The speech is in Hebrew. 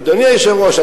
אדוני היושב-ראש,